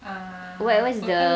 whe~ where's the